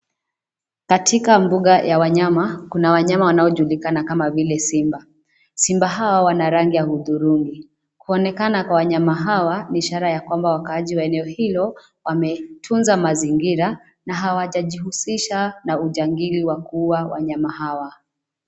Katika mbuga ya wanyama, kuna wanyama wanaojulikana kama vile simba. Simba hawa wana rangi ya hudhurungi. Kuonekana kwa wanyama hawa ni ishara ya kwamba wakaaji wa eneo hilo wametunza mazingira, na hawajajihusisha na ujangili wa kuua wanyama hawa.